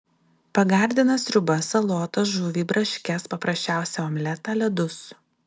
pagardina sriubas salotas žuvį braškes paprasčiausią omletą ledus